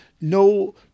no